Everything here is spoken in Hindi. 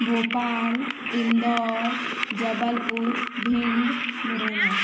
भोपाल इंदौर जबलपुर भिण्ड मुरैना